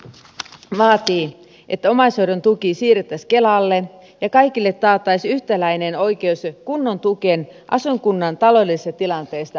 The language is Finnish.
oikeudenmukaisuus vaatii että omaishoidon tuki siirrettäisiin kelalle ja kaikille taattaisiin yhtäläinen oikeus kunnon tukeen asuinkunnan taloudellisesta tilanteesta riippumatta